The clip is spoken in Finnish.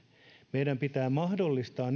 meidän pitää mahdollistaa